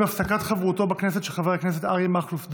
עם הפסקת חברותו בכנסת של חבר הכנסת אריה מכלוף דרעי,